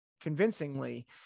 convincingly